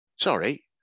Sorry